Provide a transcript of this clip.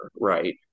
right